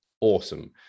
awesome